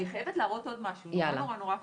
אני חייבת להראות עוד משהו נורא נורא חשוב.